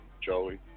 Joey